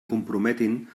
comprometin